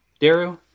Daru